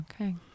Okay